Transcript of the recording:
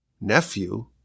nephew